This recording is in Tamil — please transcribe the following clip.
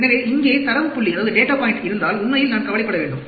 எனவே இங்கே தரவு புள்ளி இருந்தால் உண்மையில் நான் கவலைப்பட வேண்டும்